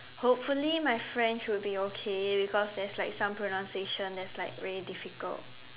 hopefully my French would be okay because there's like some pronunciation that's like very difficult